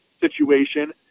situation